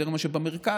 יותר מאשר במרכז.